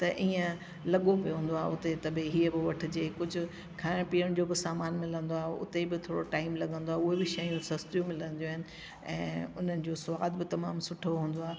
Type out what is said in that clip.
त ईअं लॻो पियो हूंदो आहे उते त बि उहा वठजे कुछ खाइणु पीअण जो सामान मिलंदो आहे उते बि थोरो टाईम लॻंदो आहे उहे बि शयूं सस्तियूं मिलंदियूं आहिनि ऐं उन जो सवादु बि तमामु सुठो हूंदो आहे